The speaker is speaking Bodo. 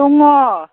दङ